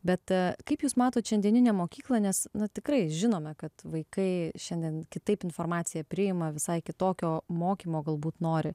bet kaip jūs matot šiandieninę mokyklą nes na tikrai žinome kad vaikai šiandien kitaip informaciją priima visai kitokio mokymo galbūt nori